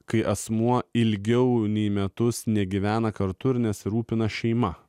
kai asmuo ilgiau nei metus negyvena kartu ir nesirūpina šeima